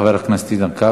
תודה, חבר הכנסת איתן כבל.